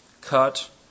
Cut